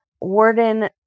Warden